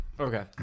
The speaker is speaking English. Okay